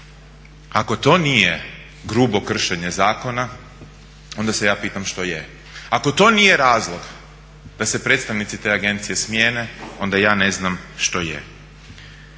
Ako to nije grubo kršenje zakona onda se ja pitam što je. Ako to nije razlog da se predstavnici te agencije smijene onda ja ne znam što je.